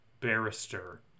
barrister